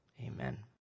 Amen